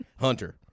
Hunter